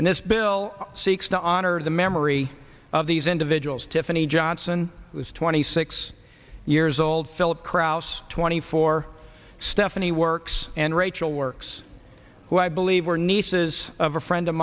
and this bill seeks to honor the memory of these individuals tiffany johnson who is twenty six years old philip crouse twenty four stephanie works and rachel works who i believe were nieces of a friend of